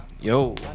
yo